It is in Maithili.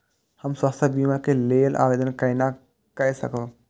हम स्वास्थ्य बीमा के लेल आवेदन केना कै सकब?